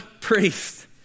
priest